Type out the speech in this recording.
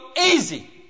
easy